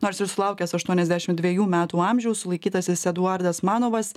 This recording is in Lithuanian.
nors ir sulaukęs aštuoniasdešimt dvejų metų amžiaus sulaikytasis eduardas manovas